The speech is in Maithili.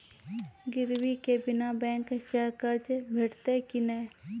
गिरवी के बिना बैंक सऽ कर्ज भेटतै की नै?